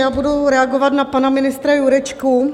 Já budu reagovat na pana ministra Jurečku.